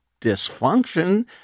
dysfunction